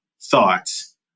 thoughts